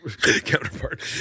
counterpart